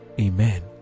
Amen